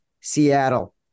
Seattle